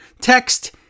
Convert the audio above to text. Text